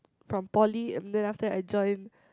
from poly and then after that I join